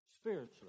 spiritually